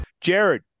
Jared